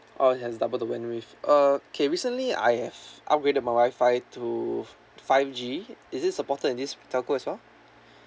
oh it has double the bandwidth uh K recently I have upgraded my WI-FI to five G is it supported in this telco as well